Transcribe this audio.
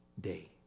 day